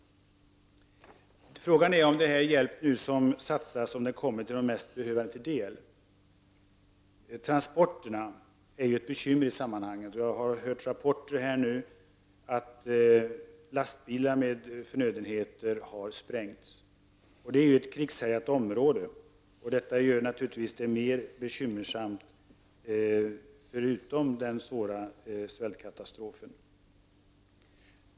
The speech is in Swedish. Frågan är om de hjälpinsatser som görs kommer de mest behövande till del. Transporterna är ett bekymmer i sammanhanget. Jag har tagit del av rapporter om att lastbilar med förnödenheter har sprängts. Det rör sig ju om ett krigshärjat område. Det gör det hela ännu mera bekymmersamt. Det handlar alltså inte enbart om en svår svältkatastrof.